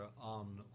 on